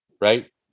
Right